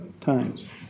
times